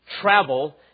travel